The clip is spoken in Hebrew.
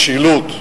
משילות.